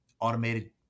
automated